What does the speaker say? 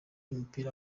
y’umupira